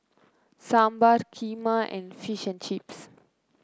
Sambar Kheema and Fish and Chips